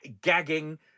gagging